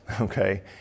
Okay